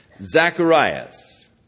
Zacharias